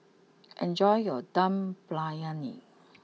enjoy your Dum Briyani